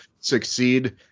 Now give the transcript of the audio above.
succeed